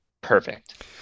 perfect